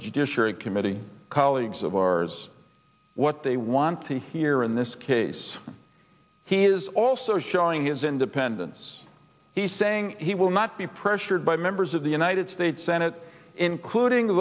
the judiciary committee colleagues of ours what they want to hear in this case he is also showing his independence he's saying he will not be pressured by members of the united states senate including